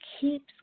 keeps